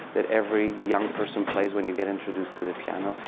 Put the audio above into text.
that every young person plays when you get introduced to the piano,